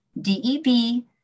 D-E-B